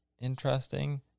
interesting